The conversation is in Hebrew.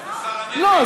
לא.